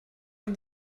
man